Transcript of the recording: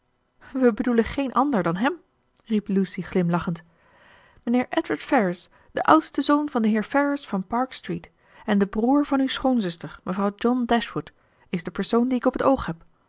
we bedoelen geen ander dan hem riep lucy glimlachend mijnheer edward ferrars de oudste zoon van den heer ferrars van park street en de broer van uw schoonzuster mevrouw john dashwood is de persoon dien ik op het oog heb